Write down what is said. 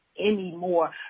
anymore